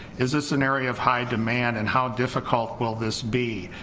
is this an area of high demand and how difficult will this be?